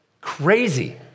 crazy